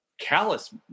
callous